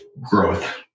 Growth